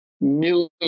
million